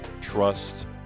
trust